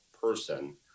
person